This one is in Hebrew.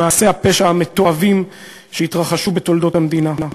ממעשי הפשע המתועבים שהתרחשו בתולדות המדינה.